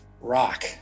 Rock